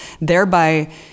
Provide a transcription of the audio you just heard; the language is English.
thereby